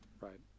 right